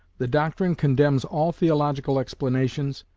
the doctrine condemns all theological explanations,